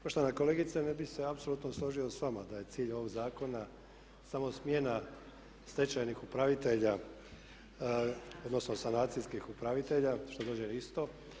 Poštovana kolegice, ne bih se apsolutno složio sa vama da je cilj ovog zakona samo smjena stečajnih upravitelja, odnosno sanacijskih upravitelja što dođe na isto.